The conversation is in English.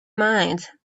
mind